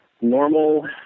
normal